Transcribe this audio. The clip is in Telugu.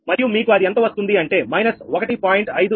మరియు మీకు అది ఎంత వస్తుంది అంటే −1